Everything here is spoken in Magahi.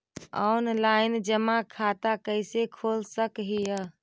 ऑनलाइन जमा खाता कैसे खोल सक हिय?